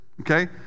Okay